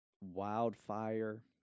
wildfire